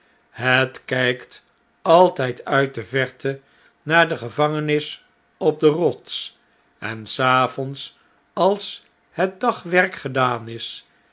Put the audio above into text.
het kjjkt altjjd uit de verte naar de gevangenis op de rots en s avonds als het dagwerk gedaan is